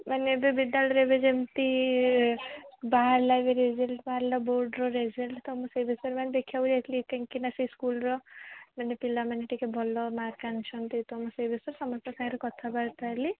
ମାନେ ଏବେ ବିଦ୍ୟାଳୟରେ ଏବେ ଯେମିତି ବାହାରିଲା ଏବେ ରେଜଲ୍ଟ ବାହାରିଲା ବୋର୍ଡ୍ର ରେଜଲ୍ଟ ତ ମୁଁ ସେଇ ବିଷୟରେ ମାନେ ଦେଖିବାକୁ ଯାଇଥିଲି କାହିଁକି ନା ସେ ସ୍କୁଲ୍ର ମାନେ ପିଲାମାନେ ଟିକେ ଭଲ ମାର୍କ୍ ଆଣିଛନ୍ତି ତ ମୁଁ ସେଇ ବିଷୟରେ ସମସ୍ତଙ୍କ ସାଙ୍ଗେରେ କଥାବାର୍ତ୍ତା ହେଲି